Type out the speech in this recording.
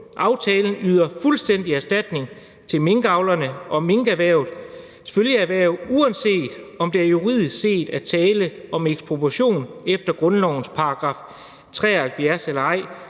Aftalen yder fuldstændig erstatning til minkavlerne og minkerhvervets følgeerhverv, uanset om der juridisk set er tale om ekspropriation efter grundlovens § 73 eller ej,